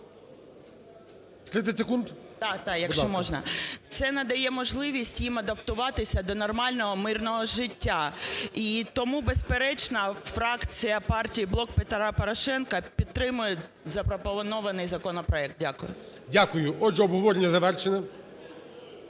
Т.Б.Да, якщо можна. Це надає можливість їм адаптуватися до нормального мирного життя. І тому, безперечно, фракція партії "Блок Петра Порошенка" підтримає запропонований законопроект. Дякую. ГОЛОВУЮЧИЙ. Дякую. Отже, обговорення завершено.